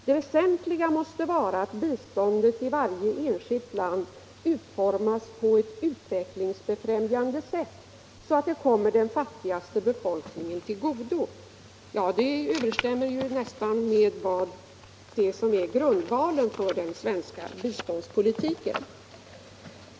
Det väsentliga måste vara att biståndet i varje enskilt land utformas på ett utvecklingsbefrämjande sätt, så att det kommer den fattigaste befolkningen till godo.” Ja, det överensstämmer ju i stor utsträckning med det som är grundvalen för den svenska biståndspolitiken.